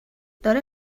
داره